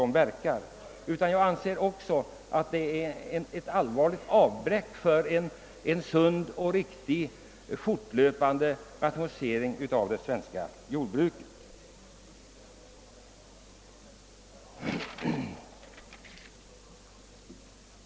Det innebär dessutom ett allvarligt avbräck i arbetet för en sund och riktig fortlöpande rationalisering av det svenska jordbruket.